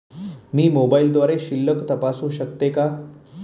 मी मोबाइलद्वारे शिल्लक तपासू शकते का?